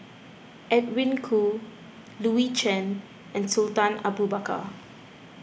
Edwin Koo Louis Chen and Sultan Abu Bakar